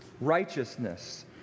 Righteousness